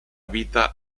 vita